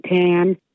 tan